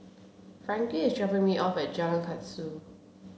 Frankie is dropping me off Jalan Kasau